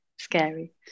scary